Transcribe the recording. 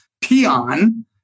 peon